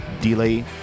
delay